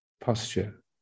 posture